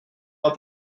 out